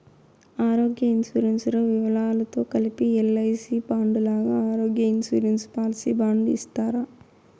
ఆరోగ్య ఇన్సూరెన్సు లో వివరాలతో కలిపి ఎల్.ఐ.సి ఐ సి బాండు లాగా ఆరోగ్య ఇన్సూరెన్సు పాలసీ బాండు ఇస్తారా?